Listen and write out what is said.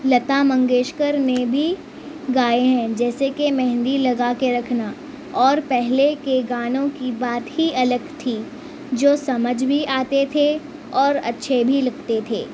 لتا منگیشکر نے بھی گائے ہیں جیسے کہ مہندی لگا کے رکھنا اور پہلے کے گانوں کی بات ہی الگ تھی جو سمجھ بھی آتے تھے اور اچھے بھی لگتے تھے